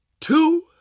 two